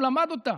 הוא למד אותה.